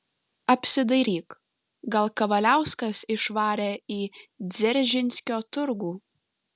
apsidairyk gal kavaliauskas išvarė į dzeržinskio turgų